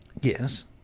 Yes